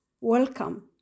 Welcome